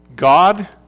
God